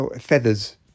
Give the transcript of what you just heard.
feathers